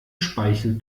speichel